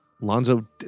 Lonzo